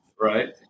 Right